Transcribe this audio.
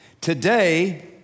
Today